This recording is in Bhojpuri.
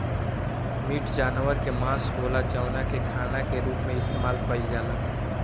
मीट जानवर के मांस होला जवना के खाना के रूप में इस्तेमाल कईल जाला